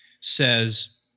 says